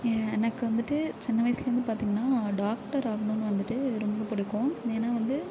எனக்கு வந்துட்டு சின்ன வயதுலேருந்து பார்த்தீங்கன்னா டாக்டர் ஆகணும்ன்னு வந்துட்டு ரொம்ப பிடிக்கும் ஏன்னால் வந்து